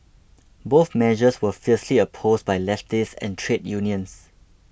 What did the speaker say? both measures were fiercely opposed by leftists and trade unions